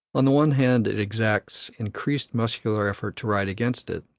on the one hand it exacts increased muscular effort to ride against it,